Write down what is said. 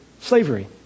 slavery